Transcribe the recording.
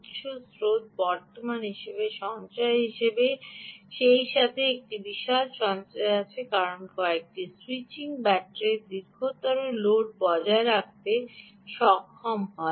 উত্স স্রোত বর্তমান হিসাবে সঞ্চয় হিসাবে সেইসাথে একটি বিশাল সঞ্চয় আছে কারণ একটি স্যুইচিং ব্যাটারি দীর্ঘতর লোড বজায় রাখতে সক্ষম হয়